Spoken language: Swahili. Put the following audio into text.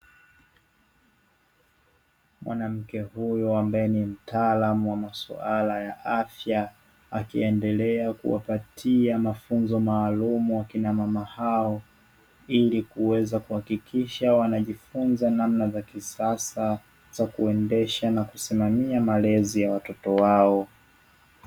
Mwanamke huyu ambae ni mtaalamu wa maswala ya afya, akiendelea kuwapatia mafunzo maalumu wakina mama hao, ili kuweza kuhakikisha wanajifunza namna za kisasa za kuendesha na kusimamia malezi ya watoto wao.